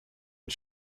and